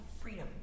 freedom